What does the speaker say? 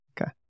Okay